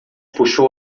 puxou